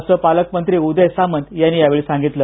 असं संपर्कमंत्री उदय सामंत यांनी सांगितलं